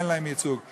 אני אקרא אותך לסדר,